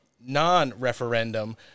non-referendum